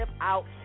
out